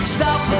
Stop